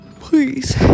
Please